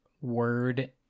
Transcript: word